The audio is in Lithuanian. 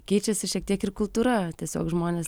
keičiasi šiek tiek ir kultūra tiesiog žmonės